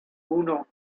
uno